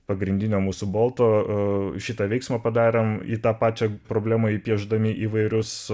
pagrindinio mūsų bolto šitą veiksmą padarėm į tą pačią problemą įpiešdami įvairius